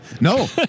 No